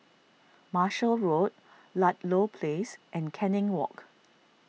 Marshall Road Ludlow Place and Canning Walk